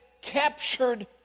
captured